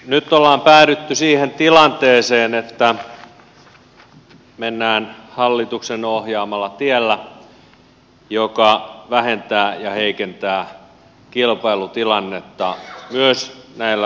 nyt on päädytty siihen tilanteeseen että mennään hallituksen ohjaamalla tiellä joka vähentää ja heikentää kilpailutilannetta myös näillä laajakaistamarkkinoilla